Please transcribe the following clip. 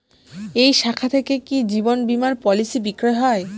এই শাখা থেকে কি জীবন বীমার পলিসি বিক্রয় হয়?